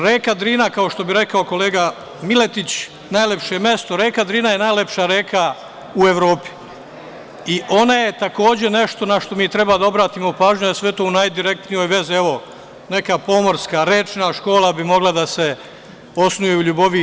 Reka Drina, kao što bi rekao kolega Miletić – najlepše mesto, reka Drina je najlepša reka u Evropi i ona je takođe nešto na šta mi treba da obratimo pažnju, jer sve to je u najdirektnijoj vezi, evo, neka pomorska, rečna škola bi mogla da se osnuje u LJuboviji.